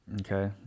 Okay